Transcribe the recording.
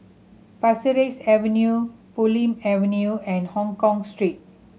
Pasir Ris Avenue Bulim Avenue and Hongkong Street